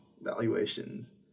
valuations